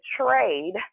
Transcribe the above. trade